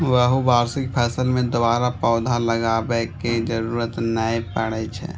बहुवार्षिक फसल मे दोबारा पौधा लगाबै के जरूरत नै पड़ै छै